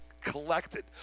collected